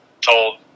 told